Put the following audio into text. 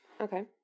Okay